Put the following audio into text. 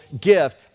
gift